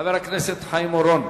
חבר הכנסת חיים אורון,